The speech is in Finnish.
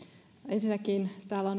ensinnäkin